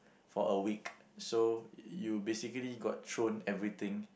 for a week so you basically got thrown everything